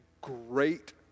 great